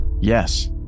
yes